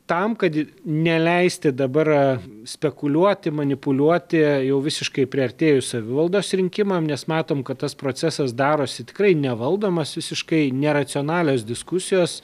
tam kad neleisti dabar spekuliuoti manipuliuoti jau visiškai priartėjus savivaldos rinkimam nes matom kad tas procesas darosi tikrai nevaldomas visiškai neracionalios diskusijos